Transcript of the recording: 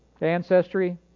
ancestry